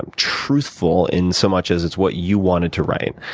and truthful in so much as it's what you wanted to write,